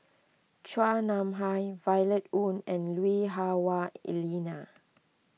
Chua Nam Hai Violet Oon and Lui Hah Wah Elena